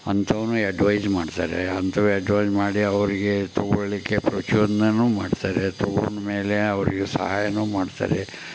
ಅಂಥವೂ advise ಮಾಡ್ತಾರೆ ಅಂಥವು advise ಮಾಡಿ ಅವರಿಗೆ ತಗೊಳ್ಳಿಕ್ಕೆ ಪ್ರಚೋದನೆಯೂ ಮಾಡ್ತಾರೆ ತಗೊಂಡು ಮೇಲೆ ಅವರಿಗೆ ಸಹಾಯವೂ ಮಾಡ್ತಾರೆ